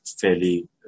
fairly